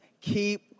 Keep